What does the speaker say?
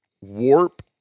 warp